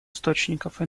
источников